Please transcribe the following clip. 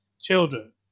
children